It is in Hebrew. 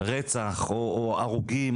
רצח או הרוגים,